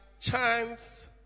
chance